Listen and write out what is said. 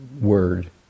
word